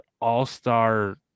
all-star